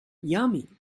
yummy